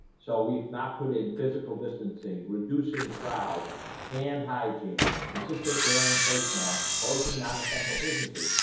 so we've not put in physical distancing reducing crowds hand hygiene consistent wearing face masks closing non-essential businesses.